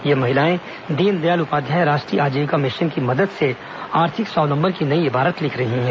ये महिलाएं दीनदयाल उपाध्याय राष्ट्रीय आजीविका मिशन की मदद से आर्थिक स्वालंबन की नई इबारत लिख रही है